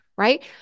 right